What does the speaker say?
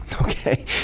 okay